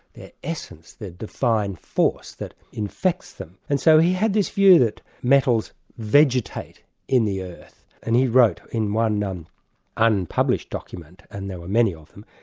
their essence, their defined force that infects them. and so he had this view that metals vegetate in the earth, and he wrote in one um unpublished document, and there were many of them,